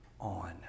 on